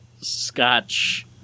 scotch